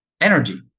energy